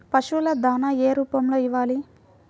పశువుల దాణా ఏ రూపంలో ఇవ్వాలి?